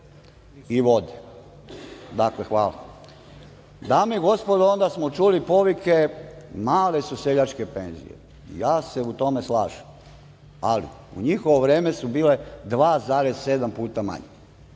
Srbije. I, vode. Dame i gospodo, onda smo čuli povike – male su seljačke penzije. Ja se u tome slažem, ali u njihovo vreme su bile 2,7 puta manje.